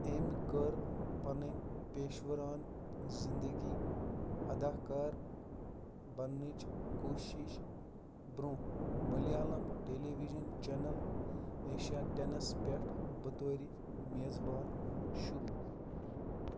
أمۍ كٔر پَنٕنۍ پیشوٕران زِندگی اَداکار بنٛنٕچ كوٗشِش برٛونٛہہ Malayalam television channel Asianet پٮ۪ٹھ بطورِ میزبان شروٗع